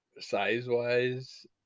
size-wise